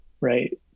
right